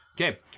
Okay